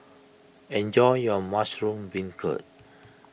enjoy your Mushroom Beancurd